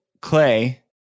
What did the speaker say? Clay